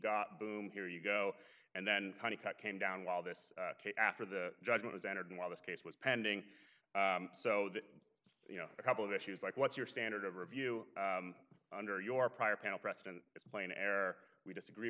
got boom here you go and then came down while this case after the judgment was entered while this case was pending so that you know a couple of issues like what's your standard of review under your prior panel precedent plane air we disagree